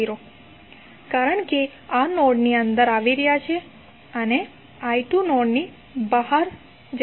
i2i33I0 કારણ કે આ નોડની અંદર આવી રહ્યા છે અને i2 નોડની બહાર જઇ રહ્યો છે